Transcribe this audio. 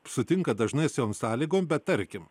sutinka dažnai su tom sąlygom bet tarkim